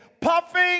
puffing